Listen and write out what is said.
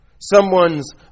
Someone's